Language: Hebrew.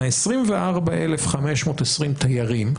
מה-24,520 תיירים,